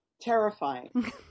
Terrifying